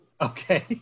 Okay